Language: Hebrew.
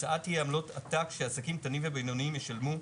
עמלות עתק שעסקים קטנים ובינוניים ישלמו.